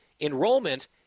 enrollment